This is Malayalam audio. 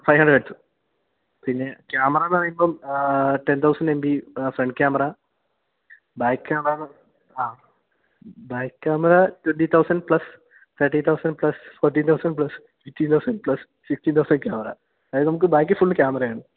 ഫൈവ് ഹണ്ട്രഡ് ഹെർട്സ് പിന്നെ ക്യാമറയെന്ന് പറയുമ്പോള് ten thousand M B front camera back camera ആ back camera twenty thousand plus thirty thousand plus forty thousand plus fifty thousand plus sixty thousand camera അതായത് നമുക്ക് ബാക്കിൽ ഫുള് ക്യാമറയാണ്